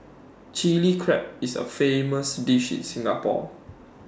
Chilli Crab is A famous dish in Singapore